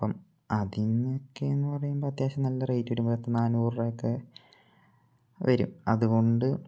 അപ്പം അതിനൊക്കെയെന്ന് പറയുമ്പോള് അത്യാവശ്യം നല്ല റേയ്റ്റ് വരും പത്ത് നാനൂറ് റുപയൊക്കെ വരും അതുകൊണ്ട്